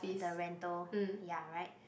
the rental ya right